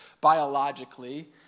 biologically